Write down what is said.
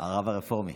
הרב הרפורמי,